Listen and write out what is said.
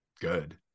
good